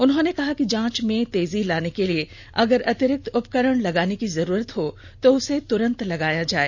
उन्होंने कहा कि जांच में तेजी लाने के लिए अगर अतिरिक्त उपकरण लगाने की जरूरत हो तो उसे तुरंत लगाया जाए